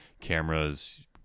cameras